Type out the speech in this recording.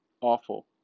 awful